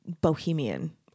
bohemian